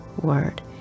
word